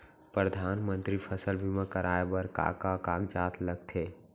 परधानमंतरी फसल बीमा कराये बर का का कागजात लगथे?